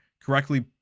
correctly